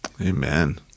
Amen